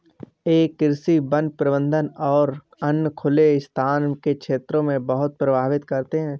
ये कृषि, वन प्रबंधन और अन्य खुले स्थान के क्षेत्रों को बहुत प्रभावित करते हैं